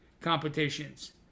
competitions